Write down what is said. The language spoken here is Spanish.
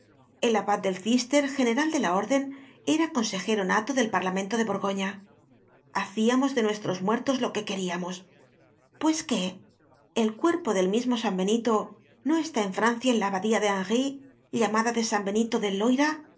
el abad del cister general de la orden era consejero nato del parlamento de borgoña hacíamos de nuestros muertos lo que queríamos pues qué el cuerpo del mismo san benito no está en francia en la abadía de henry llamada de san benito del loira